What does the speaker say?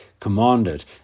commanded